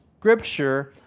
scripture